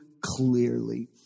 clearly